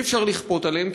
אי-אפשר לכפות עליהן,